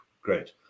Great